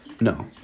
No